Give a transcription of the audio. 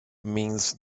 means